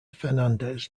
fernandez